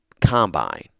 combine